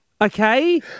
Okay